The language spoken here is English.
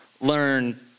learn